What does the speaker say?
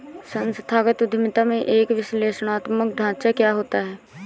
संस्थागत उद्यमिता में एक विश्लेषणात्मक ढांचा क्या होता है?